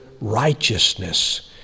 righteousness